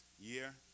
year